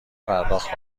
پرداخت